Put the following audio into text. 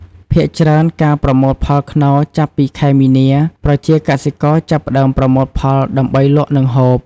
ភាគច្រើនការប្រមូលផលខ្នុរចាប់ពីខែមីនា ប្រជាកសិករចាប់ផ្តើមប្រមូលផលដើម្បីលក់និងហូប។